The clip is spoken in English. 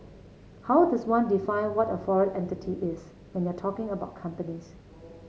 how does one define what a foreign entity is when you're talking about companies